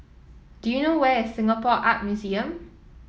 do you know where is Singapore Art Museum